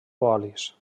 olis